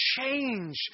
change